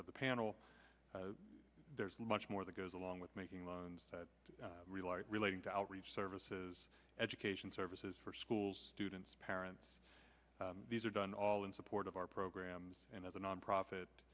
of the panel there's much more that goes along with making loans to relight relating to outreach services education services for schools students parents these are done all in support of our programs and as a nonprofit